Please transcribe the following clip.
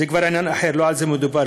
זה כבר עניין אחר, לא על זה מדובר.